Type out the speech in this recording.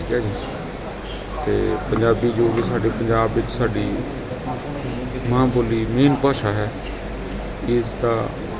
ਠੀਕ ਹੈ ਜੀ ਅਤੇ ਪੰਜਾਬੀ ਜੋ ਵੀ ਸਾਡੇ ਪੰਜਾਬ ਵਿੱਚ ਸਾਡੀ ਮਾਂ ਬੋਲੀ ਮੇਨ ਭਾਸ਼ਾ ਹੈ ਇਸ ਦਾ